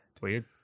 Weird